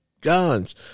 guns